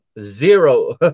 zero